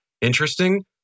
interesting